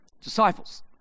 Disciples